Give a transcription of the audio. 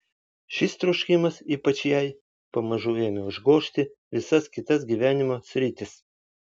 šis troškimas ypač jai pamažu ėmė užgožti visas kitas gyvenimo sritis